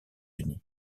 unis